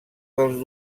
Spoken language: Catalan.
dels